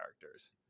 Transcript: characters